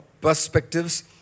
perspectives